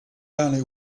only